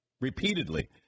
repeatedly